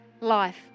life